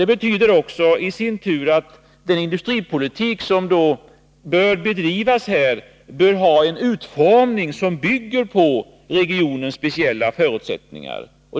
Det betyder i sin tur att den industriella politik som bedrivs här bör ha en utformning som bygger på regionens speciella förutsättningar.